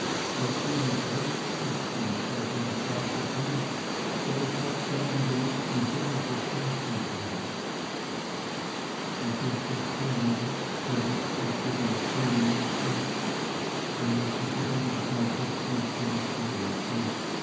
auf dem mit rotstift und zwar von des vaters hand der betrag der eingelegten summe verzeichnet war sie schob das konvolut zurück und begann zu lesen während sie sich in den schaukelstuhl zurücklehnte